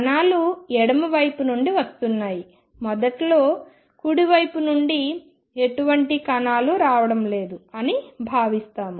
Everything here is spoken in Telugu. కణాలు ఎడమ పైపు నుండి వస్తున్నాయి మొదట్లో కుడి వైపు నుండి ఎటువంటి కణాలు రావడం లేదు అని భావిస్తాము